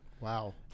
wow